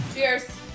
Cheers